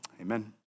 Amen